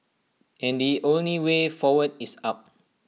and the only way forward is up